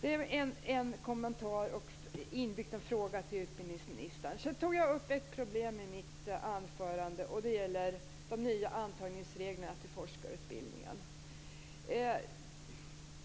Jag tog i mitt anförande upp ett problem, och det gäller de nya antagningsreglerna till forskarutbildningen.